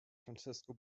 francisco